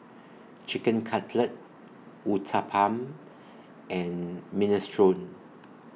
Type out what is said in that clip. Chicken Cutlet Uthapam and Minestrone